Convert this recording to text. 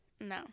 no